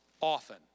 often